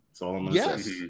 Yes